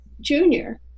junior